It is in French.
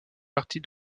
partie